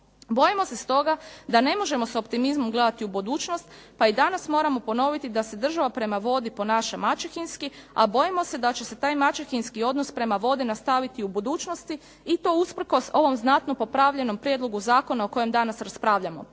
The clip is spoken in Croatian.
Bojimo se stoga da ne možemo s optimizmom gledati u budućnost, pa i danas moramo ponoviti da se država prema vodi ponaša maćehinski, a bojimo se da će se taj maćehinski odnos prema vodi nastaviti u budućnosti i to usprkos ovom znatno popravljenom prijedlogu zakona o kojem danas raspravljamo.